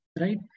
right